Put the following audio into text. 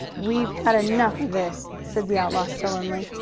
we've had enough of this, said the outlaw sullenly.